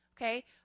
Okay